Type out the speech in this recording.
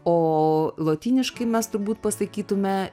o lotyniškai mes turbūt pasakytume